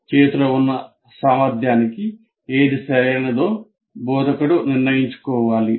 చేతిలో ఉన్న సామర్థ్యానికి ఏది సరైనదో బోధకుడు నిర్ణయించుకోవాలి